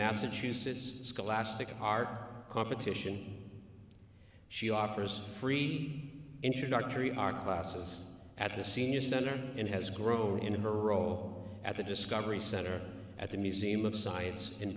massachusetts scholastic art competition she offers free introductory our classes at the senior center and has grown into her row at the discovery center at the museum of science in